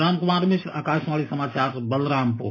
राम कुमार मिश्र आकाशवाणी समाचार बलरामपुर